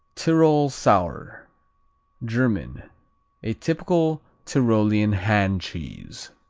tyrol sour german a typical tyrolean hand cheese.